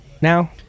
now